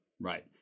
Right